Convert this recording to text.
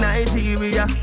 Nigeria